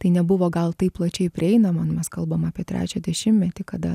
tai nebuvo gal taip plačiai prieinama mes kalbam apie trečią dešimtmetį kada